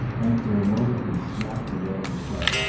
after a moment he snapped the bag shut.